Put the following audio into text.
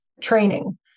training